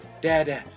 Dada